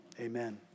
amen